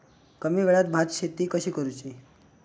कमी वेळात भात शेती कशी करुची?